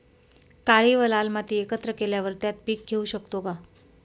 काळी व लाल माती एकत्र केल्यावर त्यात पीक घेऊ शकतो का?